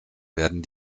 werden